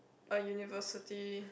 a university